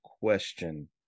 question